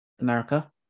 America